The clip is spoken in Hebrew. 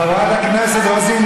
חברת הכנסת רוזין,